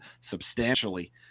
substantially